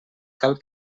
cal